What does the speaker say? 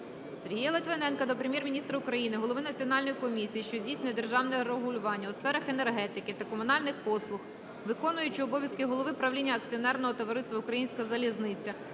Сергія Литвиненка до Прем'єр-міністра України, голови Національної комісії, що здійснює державне регулювання у сферах енергетики та комунальних послуг, виконуючого обов'язки голови правління Акціонерного товариства "Українська залізниця"